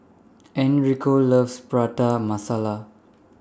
Enrico loves Prata Masala